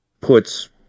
puts